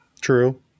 True